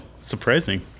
Surprising